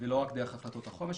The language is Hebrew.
ולא רק דרך החלטות החומש,